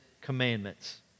commandments